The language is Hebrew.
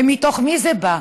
ומתוך מי זה בא?